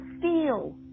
feel